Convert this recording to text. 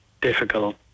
difficult